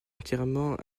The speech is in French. entièrement